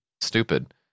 Stupid